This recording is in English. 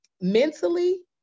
mentally